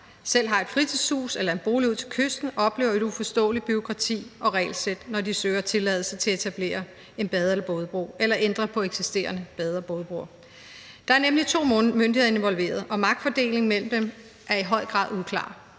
selv har et fritidshus eller en bolig ud til kysten, oplever et uforståeligt bureaukrati og regelsæt, når de søger tilladelse til at etablere en bade- eller bådebro eller ændre på eksisterende bade- og bådebroer. Der er nemlig to myndigheder involveret, og magtfordelingen mellem dem er i høj grad uklar.